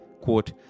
Quote